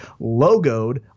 logoed